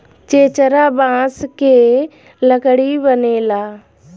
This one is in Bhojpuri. चेचरा बांस के लकड़ी बनेला